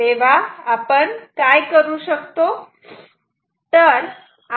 तेव्हा आपण काय करू शकतो